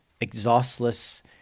exhaustless